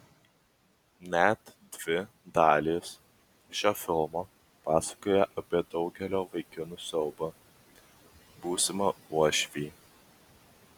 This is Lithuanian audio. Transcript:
net dvi dalys šio filmo pasakoja apie daugelio vaikinų siaubą būsimą uošvį